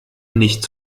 nicht